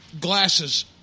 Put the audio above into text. glasses